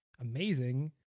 amazing